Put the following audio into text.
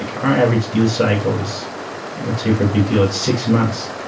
like our average deal cycle is let's say for a big deal, it's six months.